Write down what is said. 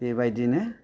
बेबादिनो